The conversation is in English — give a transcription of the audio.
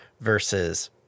versus